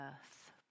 earth